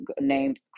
named